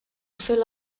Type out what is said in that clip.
fill